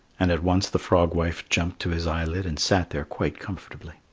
and at once the frog-wife jumped to his eyelid and sat there quite comfortably.